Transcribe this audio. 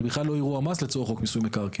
זה בכלל לא אירוע מס לצורך חוק מיסוי מקרקעין.